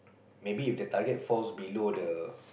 maybe if the target falls below the